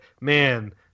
man